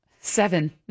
seven